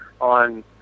on